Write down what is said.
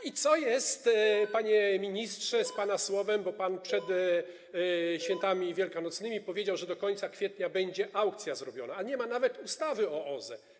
I co jest, panie ministrze, z pana słowem, bo pan przed Świętami Wielkanocnymi powiedział, że do końca kwietnia będzie aukcja zrobiona, a nie ma nawet ustawy o OZE?